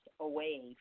away